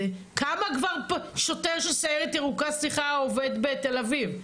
כמה כבר שוטר של סיירת ירוקה עובד בתל-אביב?